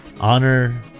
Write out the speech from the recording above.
honor